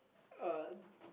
uh